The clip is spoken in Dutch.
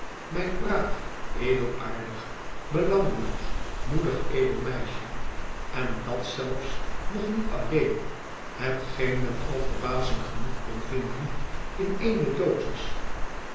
mijn braaf edelaardig belangeloos moedig edel meisje n dkt zélfs nog niet alleen hetgeen men al verbazing genoeg kon vinden in ééne dosis